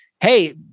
hey